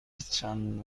چند